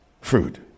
fruit